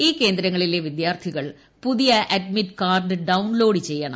ഈ കേന്ദ്രങ്ങളിലെ വിദ്യാർത്ഥികൾ പുതിയ അഡ്മിറ്റ് കാർഡ് ഡൌൺലോഡ് ചെയ്യണം